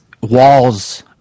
walls